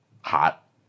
Hot